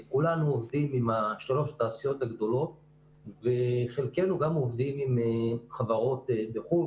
כולנו עובדים עם שלוש התעשיות הגדולות וחלקנו גם עובדים עם חברות בחו"ל,